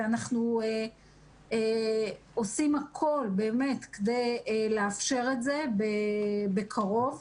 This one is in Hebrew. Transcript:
ואנחנו עושים הכול כדי לאפשר את זה בקרוב.